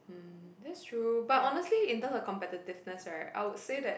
mm that's true but honestly in terms of competitiveness right I would say that